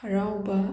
ꯍꯔꯥꯎꯕ